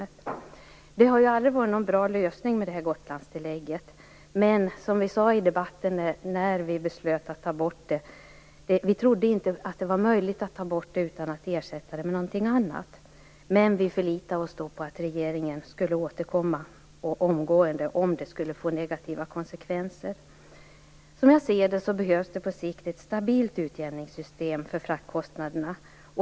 Gotlandstillägget har aldrig varit någon bra lösning, men - som vi sade i debatten när vi beslöt att ta bort Gotlandstillägget - vi trodde inte att det var möjligt att ta bort det utan att ersätta det med någonting annat. Vi förlitade oss då på att regeringen skulle återkomma omgående om detta skulle få negativa konsekvenser. Som jag ser det behövs det på sikt ett stabilt utjämningssystem för fraktkostnaderna.